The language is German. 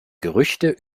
gerüchte